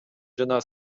жана